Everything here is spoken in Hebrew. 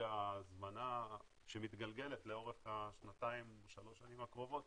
כרגע הזמנה שמתגלגלת לאורך השנתיים-שלוש שנים הקרובות.